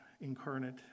incarnate